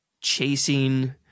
chasing